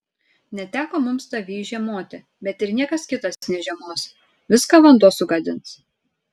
neteko mums tavyj žiemoti bet ir niekas kitas nežiemos viską vanduo sugadins